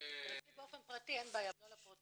אתם רוצים באופן פרטי אין בעיה, אבל לא לפרוטוקול.